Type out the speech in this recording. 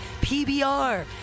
pbr